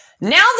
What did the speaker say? Now